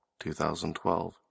2012